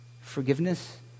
Forgiveness